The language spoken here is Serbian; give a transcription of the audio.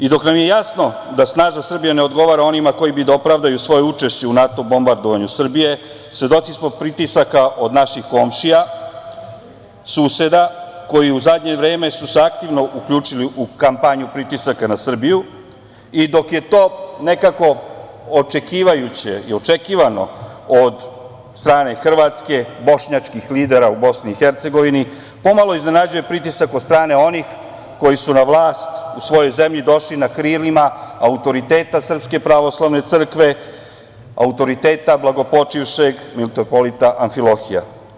I dok nam je jasno da snažna Srbija ne odgovara onima koji bi da opravdaju svoje učešće u NATO bombardovanju Srbije, svedoci smo pritisaka od naših komšija, suseda, koji su se u zadnje vreme aktivno uključili u kampanju pritisaka na Srbiju, i dok je to nekako očekivajuće i očekivano od strane Hrvatske, bošnjačkih lidera u Bosni i Hercegovini, pomalo iznenađuje pritisak od strane onih koji su na vlast u svojoj zemlji došli na krilima autoriteta Srpske pravoslavne crkve, autoriteta blagopočivšeg mitropolita Amfilohija.